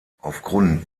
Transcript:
aufgrund